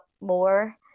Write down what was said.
more